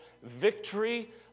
Victory